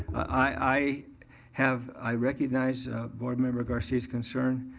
i have, i recognize board member garcia's concern